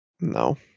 no